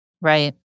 Right